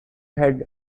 head